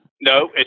No